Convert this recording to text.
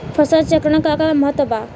फसल चक्रण क का महत्त्व बा?